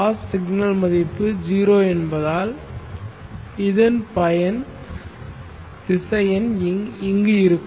cos signal மதிப்பு 0 என்பதால் இதன் பயன் திசையன் இங்கு இருக்கும்